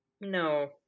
no